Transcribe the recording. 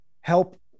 help